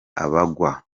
abagwa